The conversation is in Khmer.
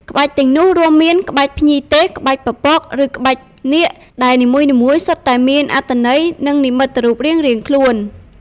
ក្បាច់ទាំងនោះរួមមាន ក្បាច់ភ្ញីទេស ក្បាច់ពពក ឬក្បាច់នាគ ដែលនីមួយៗសុទ្ធតែមានអត្ថន័យ និងនិមិត្តរូបរៀងៗខ្លួន។